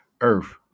earth